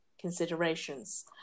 considerations